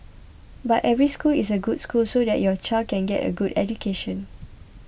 but every school is a good school so that your child can get a good education